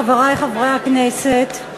חברי חברי הכנסת,